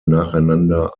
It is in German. nacheinander